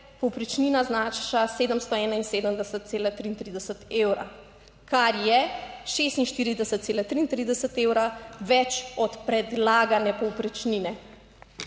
povprečnina znaša 771,33 evra, kar je 46,33 evra več od predlagane povprečnine.